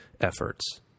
efforts